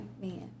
man